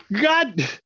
God